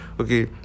okay